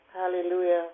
Hallelujah